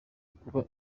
kuba